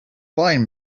buying